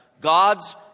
God's